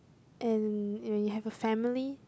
and when you have a family